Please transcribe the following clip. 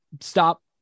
stop